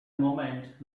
moment